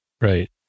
Right